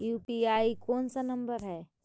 UPI कोन सा number हैं?